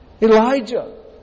Elijah